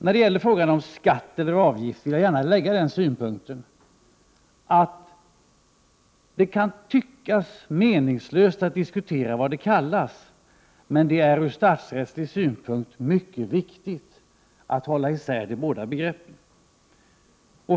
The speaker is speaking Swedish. När det gäller begreppen skatt eller avgift vill jag gärna anföra synpunkten att det kan tyckas meningslöst att diskutera vad de kallas, med det är ur statsrättslig synpunkt mycket viktigt att hålla isär de båda begreppen.